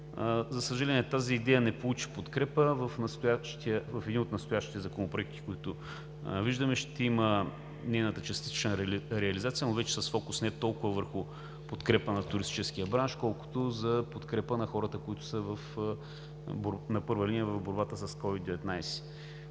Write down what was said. За съжаление, тази идея не получи подкрепа. В един от настоящите законопроекти, които виждаме, ще има нейната частична реализация, но вече с фокус не толкова върху подкрепа на туристическия бранш, колкото за подкрепа на хората, които са на първа линия в борбата с COVID-19.